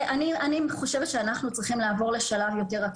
אני רוצה להודיע הודעה,